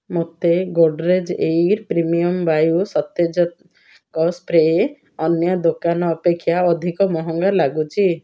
ମୋତେ Godrej air premium ବାୟୁ ସତେଜକ ସ୍ପ୍ରେ ଅନ୍ୟ ଦୋକାନ ଅପେକ୍ଷା ଅଧିକ ମହଙ୍ଗା ଲାଗୁଛି